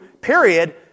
period